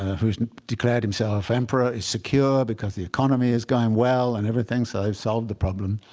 who's declared himself emperor, is secure because the economy is going well and everything. so they've solved the problem.